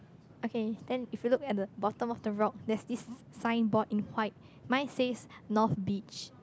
okay then if you look at the bottom of the rock there's this signboard in white mine says north beach